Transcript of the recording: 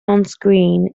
onscreen